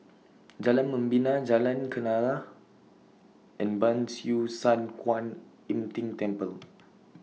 Jalan Membina Jalan Kenarah and Ban Siew San Kuan Im Tng Temple